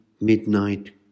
midnight